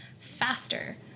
faster